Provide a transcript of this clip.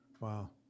Wow